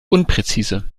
unpräzise